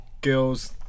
girl's